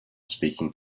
speaking